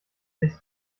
sich